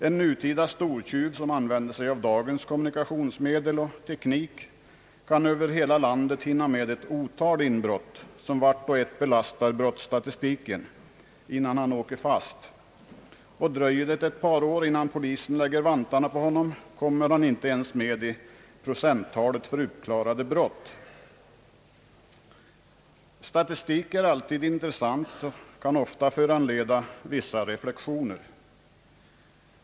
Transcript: En nutida stortjuv som använder sig av dagens kommunikationsmedel och teknik kan över hela landet hinna med ett otal inbrott som vart och ett belastar brottsstatistiken innan han åker fast. Och dröjer det ett par år innan polisen lägger vantarna på honom, kommer han inte ens med i procenttalet för uppklarade brott. Statistik är alltid intressant och kan ofta föranleda vissa reflexioner.